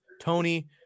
Tony